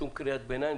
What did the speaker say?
שום קריאת ביניים,